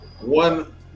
One